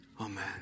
Amen